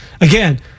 Again